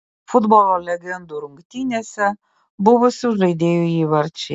futbolo legendų rungtynėse buvusių žaidėjų įvarčiai